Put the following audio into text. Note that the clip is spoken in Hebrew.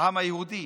העם היהודי,